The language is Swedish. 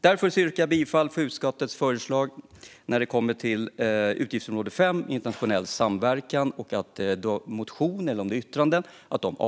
Jag yrkar därför bifall till utskottets förslag under utgiftsområde 5 Internationell samverkan och avslag på motionerna.